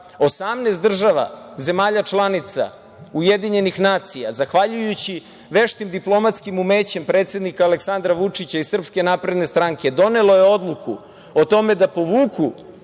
država zemalja članica Ujedinjenih nacija, zahvaljujući veštim diplomatskim umećem predsednika Aleksandra Vučića i SNS, donelo je odluku o tome da povuku